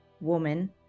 woman